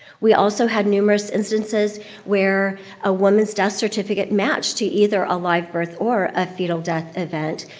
we also had numerous instances where a woman's death certificate matched to either a live birth or a fetal death event,